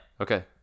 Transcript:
Okay